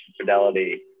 fidelity